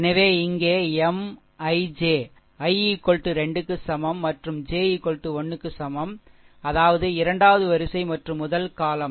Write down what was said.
எனவே இங்கே M I j i 2 க்கு சமம் மற்றும் j 1 க்கு சமம் அதாவது இரண்டாவது வரிசை மற்றும் முதல் column